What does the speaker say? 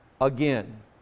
again